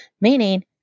Meaning